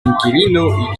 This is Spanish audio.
inquilino